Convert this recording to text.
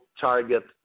target